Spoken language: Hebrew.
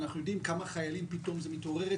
אנחנו יודעים אצל כמה חיילים פתאום זה מתעורר?